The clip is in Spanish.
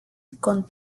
con